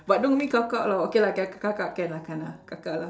but don't be kakak lah okay lah kakak can lah can lah kakak lah